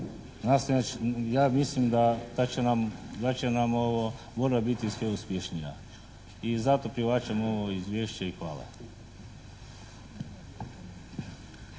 ja mislim da će nam ovo, borba biti sve uspješnija. I zato prihvaćam ovo izvješće i hvala.